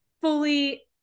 fully